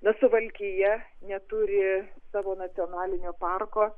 na suvalkija neturi savo nacionalinio parko